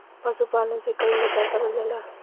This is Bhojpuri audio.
पशुपालन से कई व्यवसाय करल जाला